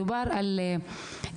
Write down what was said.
אפשר רק להגיב על זה בבקשה?